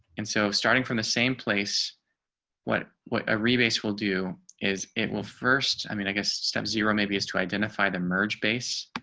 and so starting from the same place what what every base will do is it will first. i mean, i guess, step zero maybe is to identify the merge base.